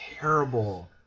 terrible